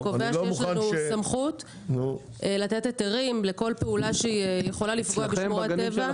שקובע שיש לנו סמכות לתת היתרים לכל פעולה שיכולה לפגוע בשמורת טבע.